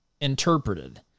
interpreted